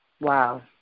Wow